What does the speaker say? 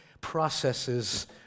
processes